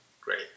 great